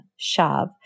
shav